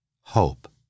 hope